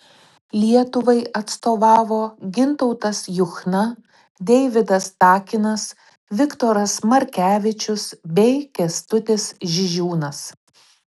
lietuvai atstovavo gintautas juchna deividas takinas viktoras markevičius bei kęstutis žižiūnas